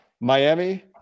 Miami